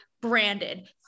branded